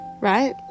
right